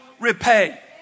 repay